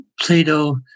Plato